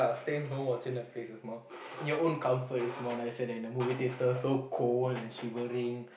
staying home watching Netflix is more in your own comfort is more nicer than the movie theatre so cold and shivering